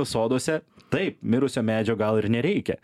soduose taip mirusio medžio gal ir nereikia